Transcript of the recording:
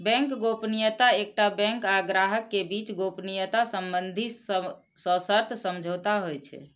bank गोपनीयता एकटा bank आ ग्राहक के बीच गोपनीयता संबंधी सशर्त समझौता होइ छै